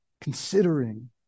considering